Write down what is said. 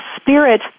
spirit